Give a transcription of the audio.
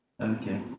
Okay